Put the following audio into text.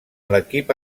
l’equip